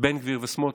בן גביר וסמוטריץ'